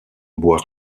boire